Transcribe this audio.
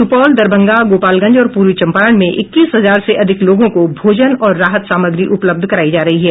सुपौल दरभंगा गोपालगंज और पूर्वी चंपारण में इक्कीस हजार से अधिक लोगों को भोजन और राहत सामग्री उपलब्ध करायी जा रही है